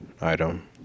item